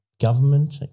government